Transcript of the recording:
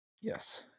Yes